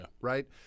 right